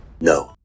No